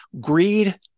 greed